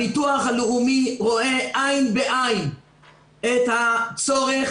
הביטוח הלאומי רואה עין בעין את הצורך